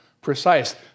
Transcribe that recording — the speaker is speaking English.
precise